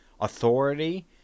authority